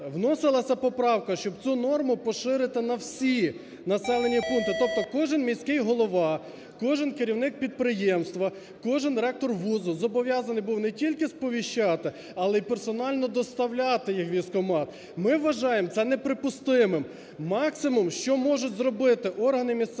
вносилася поправка, щоб цю норму поширити на всі населені пункти. Тобто кожен міський голова, кожен керівник підприємства, кожен ректор ВУЗу зобов'язаний був не тільки сповіщати, але й персонально доставляти їх в військкомат. Ми вважаємо, це неприпустимим. Максимум, що можуть зробити органи місцевого